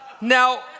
Now